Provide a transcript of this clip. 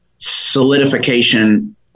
solidification